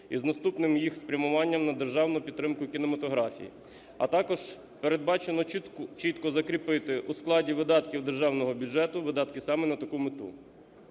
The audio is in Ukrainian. із наступним їх спрямуванням на державну підтримку кінематографії, а також передбачено чітко закріпити у складі видатків державного бюджету видатки саме на таку мету.